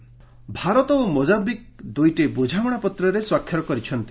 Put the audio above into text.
Mozambique ଭାରତ ଓ ମୋକାୟିକ୍ ଦୁଇଟି ବୁଝାମଣାପତ୍ରରେ ସ୍ପାକ୍ଷର କରିଛନ୍ତି